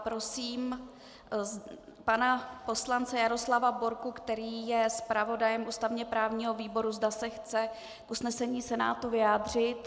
Prosím pana poslance Jaroslava Borku, který je zpravodajem ústavněprávního výboru, zda se chce k usnesení Senátu vyjádřit.